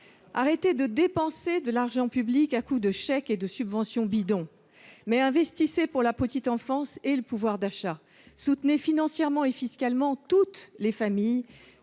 arrêtez de dépenser de l’argent public à coups de chèques et de subventions bidon, mais investissez pour la petite enfance et le pouvoir d’achat, soutenez financièrement et fiscalement toutes les familles,